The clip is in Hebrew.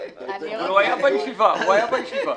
המטרה,